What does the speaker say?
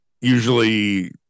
usually